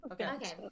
Okay